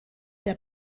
der